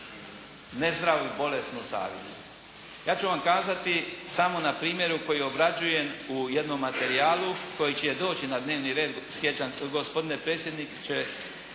nezdravu i bolesnu savjest. Ja ću vam kazati samo na primjeru koji obrađujem u jednom materijalu koji će doći na dnevni red, gospodin predsjednik će